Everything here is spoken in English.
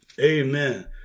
Amen